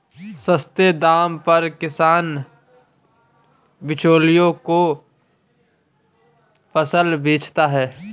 सस्ते दाम पर किसान बिचौलियों को फसल बेचता है